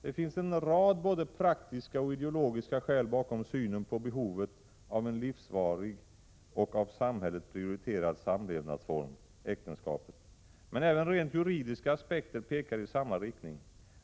Det finns en rad både praktiska och ideologiska skäl bakom synen på behovet av en livsvarig och av samhället prioriterad samlevnadsform, äktenskapet. Men även rent juridiska aspekter pekar i samma riktning.